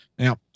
Now